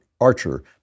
Archer